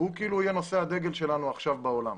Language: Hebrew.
הוא כאילו יהיה נושא הדגל שלנו עכשיו בעולם.